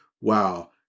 Wow